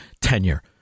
tenure